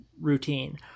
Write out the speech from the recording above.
routine